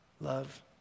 love